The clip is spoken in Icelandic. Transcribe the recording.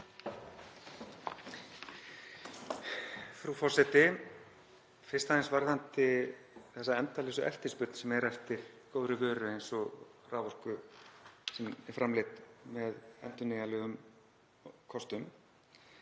Frú forseti. Fyrst aðeins varðandi þessa endalausu eftirspurn sem er eftir góðri vöru eins og raforku sem er framleidd með endurnýjanlegum kostum.